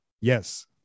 Yes